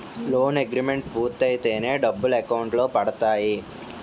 loan agreement పూర్తయితేనే డబ్బులు account లో పడతాయి